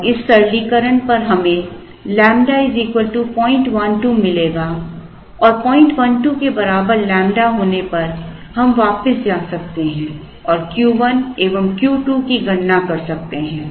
और इस सरलीकरण पर हमें ƛ 012 मिलेगा और 012 के बराबर लैंबडा होने पर हम वापस जा सकते हैं और Q1 एवं Q 2 की गणना कर सकते हैं